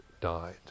died